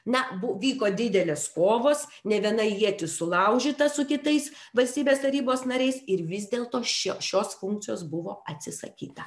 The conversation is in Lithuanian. ne bu vyko didelės kovos ne viena ietis sulaužyta su kitais valstybės tarybos nariais ir vis dėlto šio šios funkcijos buvo atsisakyta